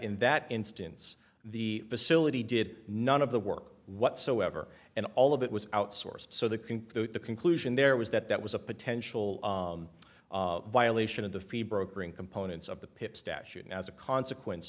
in that instance the facility did none of the work whatsoever and all of it was outsourced so the conclude the conclusion there was that that was a potential violation of the free brokering components of the pip statute and as a consequence